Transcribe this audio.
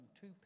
two